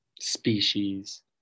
species